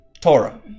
Torah